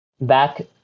back